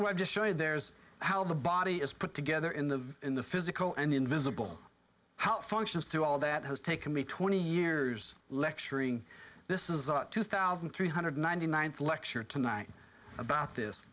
what just showed there's how the body is put together in the in the physical and the invisible how it functions through all that has taken me twenty years lecturing this is a two thousand three hundred ninety ninth lecture tonight about this